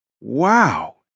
Wow